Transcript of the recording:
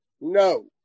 no